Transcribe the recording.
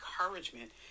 encouragement